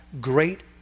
great